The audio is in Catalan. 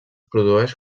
produeix